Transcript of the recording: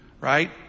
right